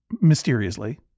Mysteriously